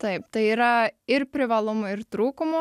taip tai yra ir privalumų ir trūkumų